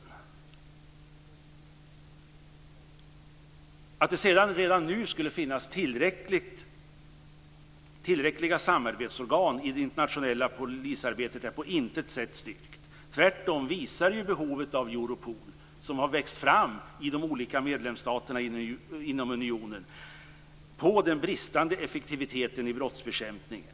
Det är på intet sätt styrkt att det redan nu skulle finnas tillräckliga samarbetsorgan i det internationella polisarbetet. Tvärtom visar behovet av Europol, som har växt fram i de olika medlemsstaterna inom unionen, på den bristande effektiviteten i brottsbekämpningen.